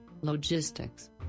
Logistics